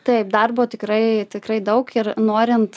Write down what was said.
taip darbo tikrai tikrai daug ir norint